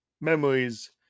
memories